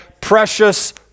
precious